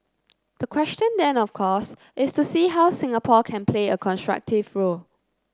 the question then of course is to see how Singapore can play a constructive role